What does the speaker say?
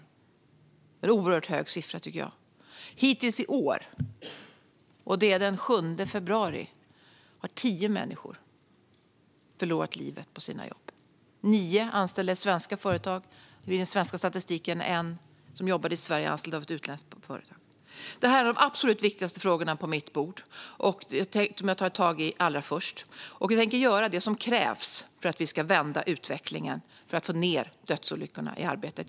Det är en oerhört hög siffra, tycker jag. Hittills i år - det är nu den 7 februari - har tio människor förlorat livet på sina jobb. Nio av dem var anställda i svenska företag och ingår i den svenska statistiken, medan en jobbade i Sverige men var anställd av ett utländskt företag. Detta är de absolut viktigaste frågorna på mitt bord, och det är de frågor jag ska ta tag i allra först. Jag tänker göra det som krävs för att vi ska vända utvecklingen och få ned dödsolyckorna i arbetet.